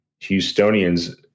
Houstonians